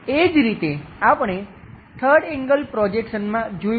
એ જ રીતે આપણે 3rd એંગલ પ્રોજેક્શનમાં જોયું છે